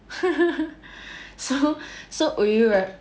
so so would you right